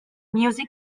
music